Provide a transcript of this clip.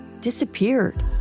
disappeared